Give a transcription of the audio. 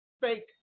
fake